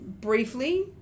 briefly